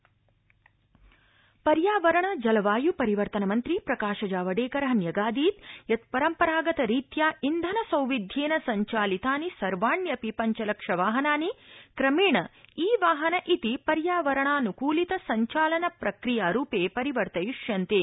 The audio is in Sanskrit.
पर्यावरण मन्त्री पर्यावरण जलवायु परिवर्तनमन्त्री प्रकाश जावडेकर न्यगादीद यत् परम्परागतरीत्या ईंधनसौविध्येन सञ्चालितानि सर्वाण्यपि पञ्चलक्ष वाहनानि क्रमेण ई वाहन इति पर्यावरणान्कूलित सञ्चालनप्रक्रिया रूपे परिवर्तयिष्यन्ते